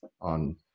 on